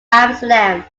amsterdam